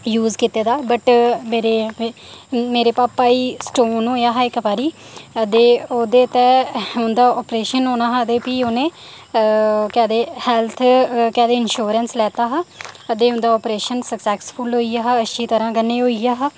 use कीते दा but मेरे मेरे भापा गी स्टोन होएआ हा इक बारी ते ओह्दे ते उं'दा ऑपरेशन होना ते भी उ'नें केह् आखदे हैल्थ केह् आखदे इंश्योरेंस लैता हा ते उं'दा ऑपरेशन सक्सैसफुल होई गेआ हा अच्छी तरहं कन्नै होई गेआ हा